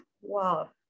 Wow